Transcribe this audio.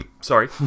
sorry